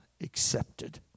accepted